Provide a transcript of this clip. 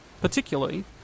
particularly